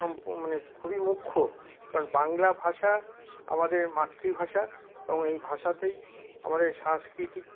মানে খুবই মুখ্য কারণ বাংলা ভাষা আমাদের মাতৃভাষা এবং এই ভাষাতেই আমাদের সাংস্কৃতিক